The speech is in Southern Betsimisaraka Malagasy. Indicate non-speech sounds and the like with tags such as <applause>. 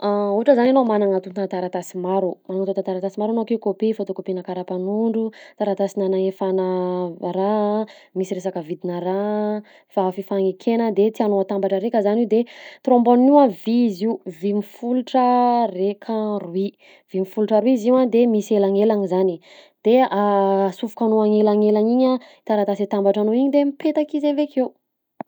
<hesitation> Ohatra zany anao magnana antontan-taratasy maro, magnana antontan-taratasy maro anao akeo: kôpia, photocopie-na kara-panondro, taratasy nanaefana raha, nisy resaka vidinà raha, fa- fifagnekena de tianao atambatra araika zany io de trombone io a vy izy io, vy mifolitra raika roy, vy mifolitra roy izy io a de misy elagnelagny zany, de <hesitation> asofoka anao agnelagnelagny igny a taratasy atambatranao igny de mipetaka izy avy akeo.